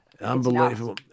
Unbelievable